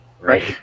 right